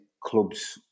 clubs